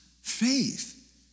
faith